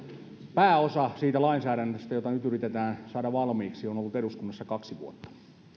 pääosa siitä lainsäädännöstä jota nyt yritetään saada valmiiksi on on ollut eduskunnassa kaksi vuotta